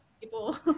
people